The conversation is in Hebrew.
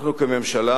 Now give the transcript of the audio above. אנחנו כממשלה,